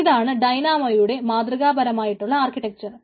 ഇതാണ് ഡൈനാമോയുടെ മാതൃകാപരമായിട്ടുള്ള ആർക്കിടെക്ചർ